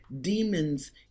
demons